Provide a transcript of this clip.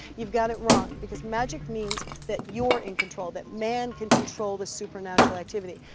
you've got it wrong, because magic means that you're in control, that man can control the supernatural activity.